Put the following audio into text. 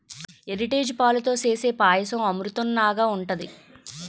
Heritage పాలతో సేసే పాయసం అమృతంనాగ ఉంటది